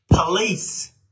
Police